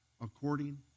according